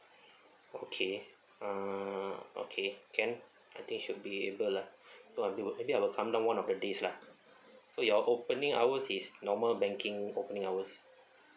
okay uh okay can I think should be able lah so I think will maybe I will come down one of the days lah so your opening hours is normal banking opening hours